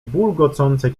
bulgocące